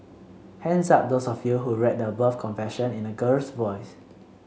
hands up those of you who read the above confession in a girl's voice